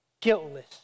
Guiltless